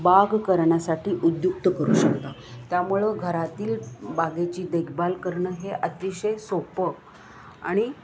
बाग करण्यासाटी उद्युक्त करू शकता त्यामुळं घरातील बागेची देखभाल करणं हे अतिशय सोपं आणि